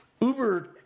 Uber